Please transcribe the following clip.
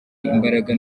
imbaraga